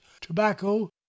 tobacco